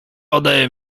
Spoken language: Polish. ode